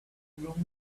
bedroom